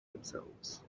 themselves